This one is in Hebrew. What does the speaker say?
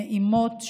נעימות,